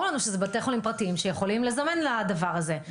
ברור לנו שאלה בתי חולים פרטיים שיכולים לזמן לדבר הזה,